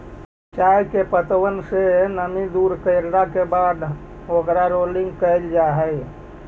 चाय के पत्तबन से नमी के दूर करला के बाद ओकर रोलिंग कयल जा हई